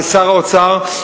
שר האוצר,